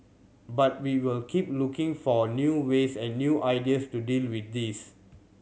but we will keep looking for new ways and new ideas to deal with this